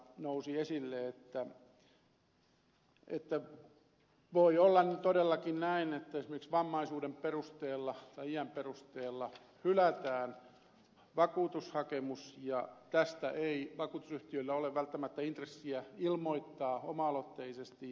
nousi esille että voi todellakin olla näin että esimerkiksi vammaisuuden tai iän perusteella hylätään vakuutushakemus ja tästä ei vakuutusyhtiöillä ole välttämättä intressiä ilmoittaa oma aloitteisesti